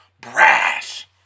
brash